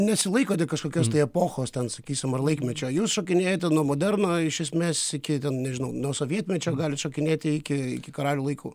nesilaikote kažkokios tai epochos ten sakysim ar laikmečio jūs šokinėjate nuo moderno iš esmės iki ten nežinau nuo sovietmečio galit šokinėti iki iki karalių laikų